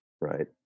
right